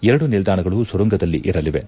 ಎರಡು ನಿಲ್ದಾಣಗಳು ಸುರಂಗದಲ್ಲಿ ಇರಲಿವೆ